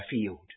field